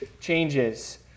changes